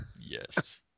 Yes